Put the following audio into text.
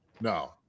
No